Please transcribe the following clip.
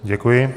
Děkuji.